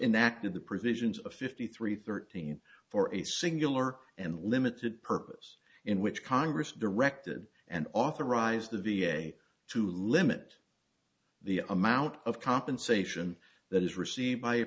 of the provisions of fifty three thirteen for a singular and limited purpose in which congress directed and authorized the v a to limit the amount of compensation that is received by a